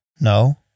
No